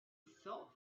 felt